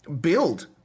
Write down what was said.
build